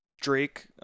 Drake